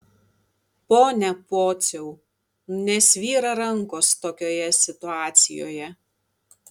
pone pociau nesvyra rankos tokioje situacijoje